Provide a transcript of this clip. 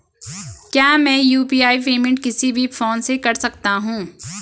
क्या मैं UPI payment किसी भी फोन से कर सकता हूँ?